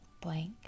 blank